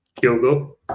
Kyogo